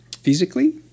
physically